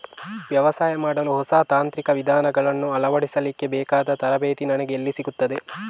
ವ್ಯವಸಾಯ ಮಾಡಲು ಹೊಸ ತಾಂತ್ರಿಕ ವಿಧಾನಗಳನ್ನು ಅಳವಡಿಸಲಿಕ್ಕೆ ಬೇಕಾದ ತರಬೇತಿ ನನಗೆ ಎಲ್ಲಿ ಸಿಗುತ್ತದೆ?